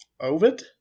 Ovid